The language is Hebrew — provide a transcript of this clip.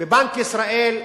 בבנק ישראל,